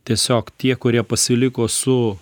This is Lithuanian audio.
tiesiog tie kurie pasiliko su